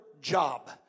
job